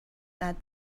that